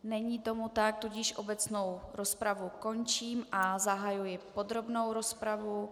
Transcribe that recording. Není tomu tak, tudíž obecnou rozpravu končím a zahajuji podrobnou rozpravu.